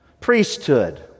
Priesthood